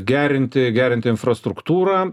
gerinti gerinti infrastruktūrą